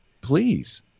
please